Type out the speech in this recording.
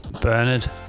Bernard